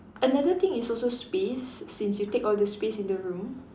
another thing is also space since you take all the space in the room